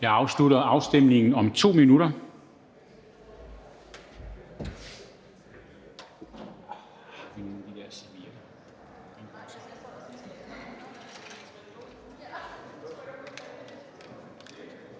Jeg afslutter afstemningen om 2 minutter.